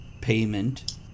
payment